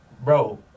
bro